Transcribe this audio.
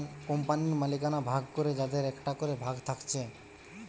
কোম্পানির মালিকানা ভাগ করে যাদের একটা করে ভাগ থাকছে